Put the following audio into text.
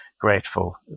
grateful